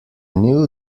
knew